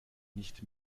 nicht